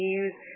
use